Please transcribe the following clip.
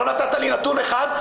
לא נתת לי נתון אחד,